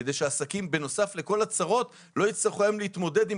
כדי שעסקים לא יצטרכו להתמודד גם עם